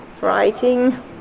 writing